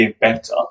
better